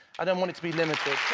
i don't want it to be limited.